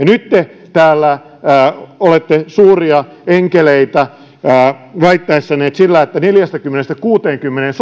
nyt te täällä olette suuria enkeleitä väittäessänne että sotilaiden nostaminen neljästäkymmenestä kuuteenkymmeneen